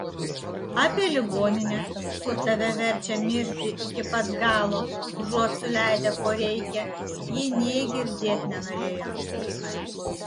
apie ligoninę kur tave verčia mirti iki pat galo užuot suleidę ko reikia ji nė girdėt nenorėjo